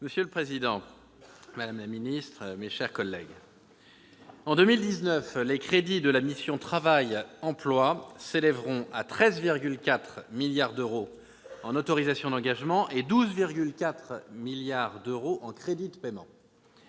Monsieur le président, madame la ministre, mes chers collègues, en 2019, les crédits de la mission « Travail et emploi » s'élèveront à 13,4 milliards d'euros en autorisations d'engagement et 12,4 milliards d'euros en crédits de paiement.